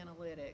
analytics